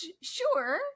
sure